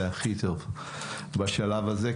זה הכי טוב בשלב הזה,